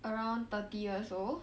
around thirty years old